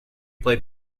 played